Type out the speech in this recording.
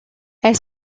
elle